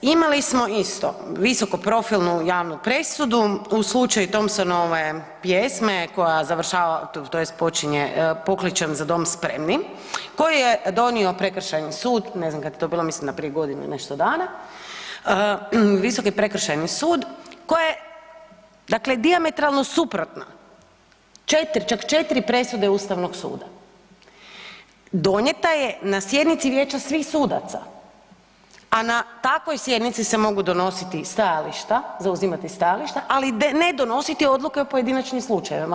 Imali smo isto visoko profilnu javnu presudu u slučaju Thompsonove pjesme koja završava tj. počinje pokličem za dom spremni koju je donio prekršajni sud, ne znam kad je to bilo mislim da prije godinu i nešto dana, Visoki prekršajni sud, koja je dakle dijametralno suprotna četiri, čak 4 presude Ustavnog suda, donijeta je na sjednici vijeća svih sudaca, a na takvoj sjednici se mogu donositi stajališta, zauzimati stajališta, ali ne donositi odluke o pojedinačnim slučajevima.